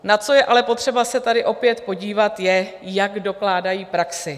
Na co je ale potřeba se tady opět podívat, je, jak dokládají praxi.